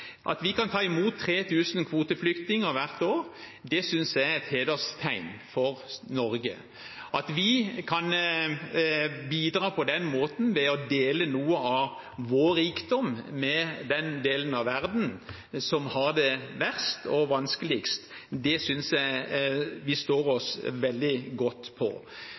At vi kan ta imot 3 000 kvoteflyktninger hvert år, synes jeg er et hederstegn for Norge. At vi kan bidra på den måten ved å dele noe av vår rikdom med den delen av verden som har det verst og vanskeligst, synes jeg vi står oss veldig godt på.